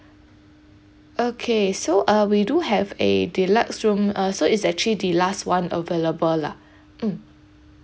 okay so uh we do have a deluxe room uh so it's actually the last one available lah mm